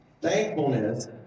Thankfulness